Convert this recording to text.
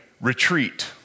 retreat